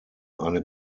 eine